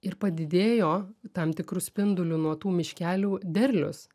ir padidėjo tam tikru spinduliu nuo tų miškelių derlius